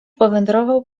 powędrował